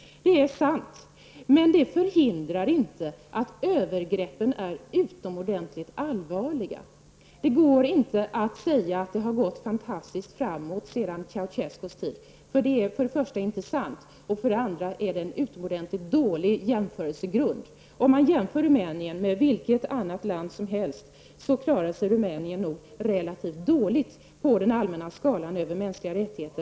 Detta förhindrar dock inte att övergreppen är utomordentligt allvarliga. Man kan inte säga att det har gått fantastiskt framåt sedan Ceausescus tid. Det är för det första inte sant, och för det andra är det en mycket dålig jämförelsegrund. Om man jämför Rumänien med vilket annat land som helst, klarar sig Rumänien nog relativt dåligt på den allmänna skalan över mänskliga rättigheter.